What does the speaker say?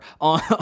on